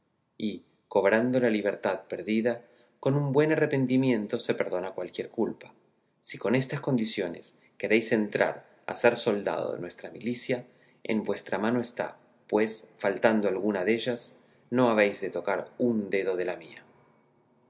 y cobrando la libertad perdida con un buen arrepentimiento se perdona cualquier culpa si con estas condiciones queréis entrar a ser soldado de nuestra milicia en vuestra mano está pues faltando alguna dellas no habéis de tocar un dedo de la mía